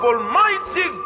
Almighty